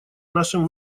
нашим